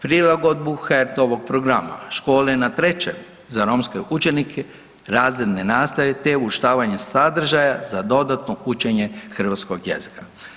Prilagodbu HRT-ovog programa Škole na Trećem za romske učenike razredne nastave te uvrštavanje sadržaja za dodatno učenje hrvatskog jezika.